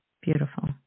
Beautiful